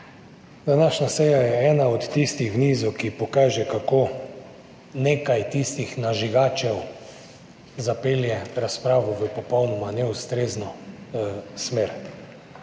Današnja seja je ena od tistih v nizu, ki pokaže, kako nekaj tistih nažigačev zapelje razpravo v popolnoma neustrezno smer.